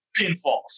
pinfalls